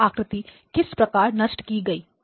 यह आकृति किस प्रकार नष्ट की गई